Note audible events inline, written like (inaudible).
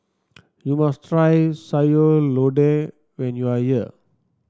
(noise) you must try Sayur Lodeh when you are here